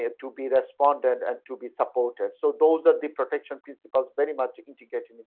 ah to be responded and to be supportive. so those are the protection principles, very much integrated